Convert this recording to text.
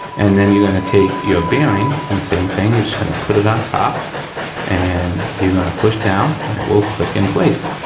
and then you're gonna take your bearing and same thing, you're just gonna put it on top and you're gonna push down and it will click in place.